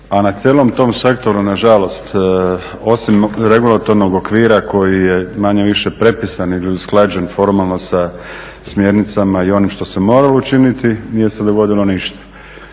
a na cijelom tom sektoru nažalost, osim regulatornog okvira koje je manje-više prepisan ili usklađen formalno sa smjernicama i onim što se moralo učiniti nije se dogodilo ništa,